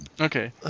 Okay